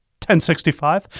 1065